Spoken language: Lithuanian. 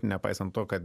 nepaisant to kad